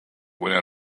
when